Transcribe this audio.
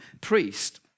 priest